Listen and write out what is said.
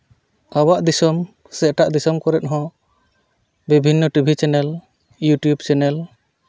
ᱟᱵᱚᱣᱟᱜ ᱫᱤᱥᱚᱢ ᱥᱮ ᱮᱴᱟᱜ ᱫᱤᱥᱚᱢ ᱠᱚᱨᱮᱫ ᱦᱚᱸ ᱵᱤᱵᱷᱤᱱᱱᱚ ᱴᱤᱵᱷᱤ ᱪᱮᱱᱮᱞ ᱤᱭᱩᱴᱩᱵᱽ ᱪᱮᱱᱮᱞ